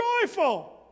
joyful